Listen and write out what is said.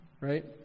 right